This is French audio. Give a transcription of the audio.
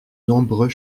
nombreux